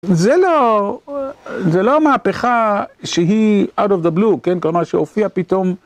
זה לא, זה לא מהפכה שהיא out of the blue, כן, כלומר שהופיעה פתאום